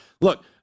look